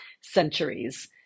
centuries